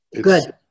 good